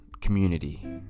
community